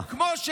אז אתם,